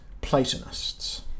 Platonists